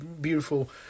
beautiful